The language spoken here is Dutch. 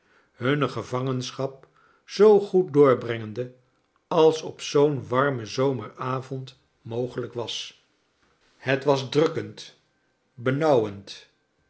hunne gevangensohap zoo goed doorbrengende als op zoo'n warmen zomeravond mogelijk was het was drukkendj